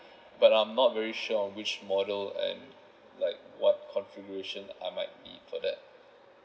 but I'm not very sure on which model and like what contribution I might need for that